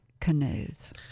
canoes